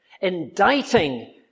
indicting